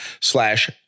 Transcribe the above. slash